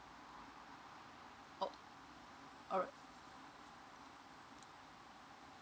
oh alri~